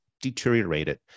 deteriorated